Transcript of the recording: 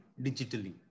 digitally